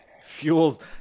fuels